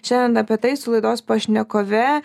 šiandien apie tai su laidos pašnekove